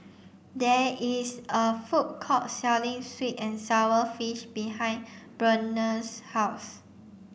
there is a food court selling sweet and sour fish behind Burnell's house